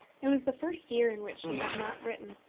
it was the first year in which she had not written,